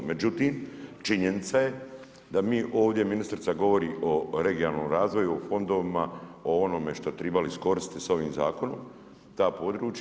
Međutim, činjenica je da mi ovdje ministrica govori o regionalnom razvoju, fondovima, o onome što tribali iskoristiti sa ovim zakonom, ta područja.